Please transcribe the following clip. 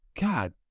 God